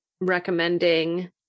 recommending